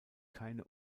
keine